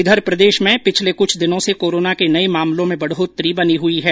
इधर प्रदेश में पिछले कुछ दिनों से कोरोना के नए मामलों में बढ़ोतरी बनी हुई है